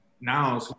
Now